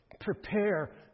prepare